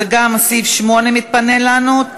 אז גם סעיף 8 מתפנה לנו.